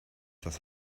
das